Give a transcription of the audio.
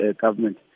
government